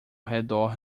redor